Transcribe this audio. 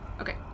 Okay